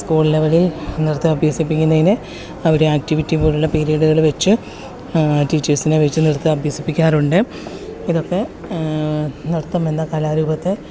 സ്കൂളുകളിൽ നൃത്തം അഭ്യസിപിക്കുന്നതിന് അവരെ ആക്ടിവിറ്റി പോലുള്ള പീരീഡുകൾ വച്ച് ടീച്ചേഴ്സിനെ വച്ച് നൃത്തം അഭ്യസിപ്പിക്കാറുണ്ട് ഇതൊക്കെ നൃത്തം എന്ന കലാരൂപത്തെ